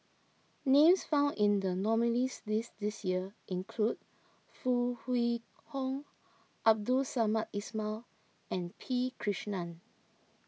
names found in the nominees' list this year include Foo Kwee Horng Abdul Samad Ismail and P Krishnan